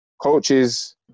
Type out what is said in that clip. Coaches